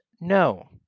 no